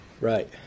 Right